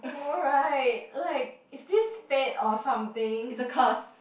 I know right like is this fate or something